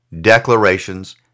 declarations